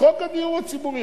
חוק הדיור הציבורי.